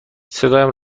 صدایم